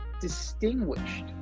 distinguished